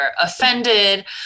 offended